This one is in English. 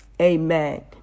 Amen